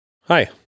hi